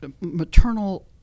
maternal